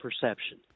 perception